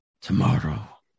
Tomorrow